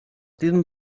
diesem